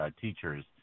teachers